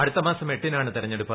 അടുത്തമാസം എട്ടിനാണ് തെരഞ്ഞെടുപ്പ്